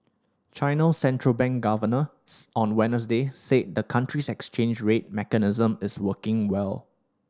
China central bank governors on Wednesday said the country's exchange rate mechanism is working well